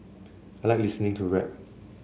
I like listening to rap